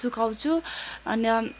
सुकाउँछु अन्त